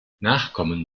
nachkommen